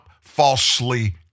falsely